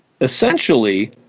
Essentially